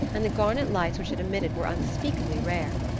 and the garnet lights which it emitted were unspeakably rare.